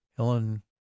helen